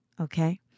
okay